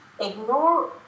ignore